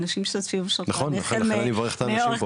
נכון, לכן אני מברך את האנשים פה.